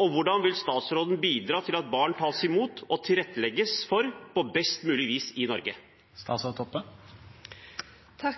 og hvordan vil statsråden bidra til at barn tas imot og at det tilrettelegges for dem på best mulig vis i Norge?